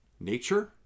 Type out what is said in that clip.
nature